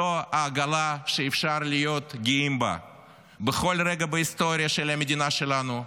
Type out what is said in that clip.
זו העגלה שאפשר להיות גאים בה בכל רגע בהיסטוריה של המדינה שלנו,